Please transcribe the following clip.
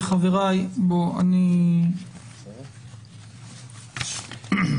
חבריי, אני רוצה לומר, אני חושב, אילנה,